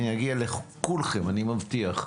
אני אגיע לכולכם, אני מבטיח.